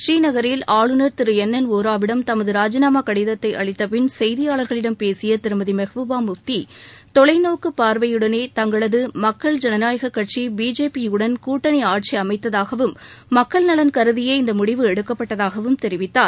புநீநகரில் ஆளுநர் திரு என் என் ஒராவிடம் தமது ராஜினாமா கடிதத்தை அளித்த பின் செய்தியாளர்களிடம் பேசிய திருமதி மெஹ்பூபா முஃப்தி தொலைநோக்குப் பார்வையுடனே தங்களது மக்கள் ஜனநாயக கட்சி பிஜேபியுடன் கூட்டணி ஆட்சி அமைத்ததாகவும் மக்கள் நலன் கருதியே இந்த முடிவு எடுக்கப்பட்டதாகவும் தெரிவித்தார்